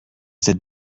cette